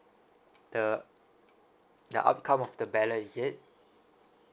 the the outcome of the ballot is it